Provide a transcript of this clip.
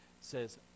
says